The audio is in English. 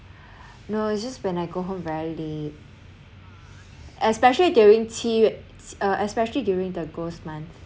no it's just when I go home very late especially during 七月 uh especially during the ghost month